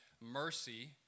mercy